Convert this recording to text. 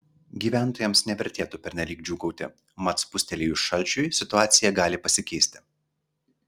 gyventojams nevertėtų pernelyg džiūgauti mat spustelėjus šalčiui situacija gali pasikeisti